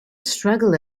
struggle